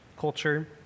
culture